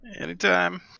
Anytime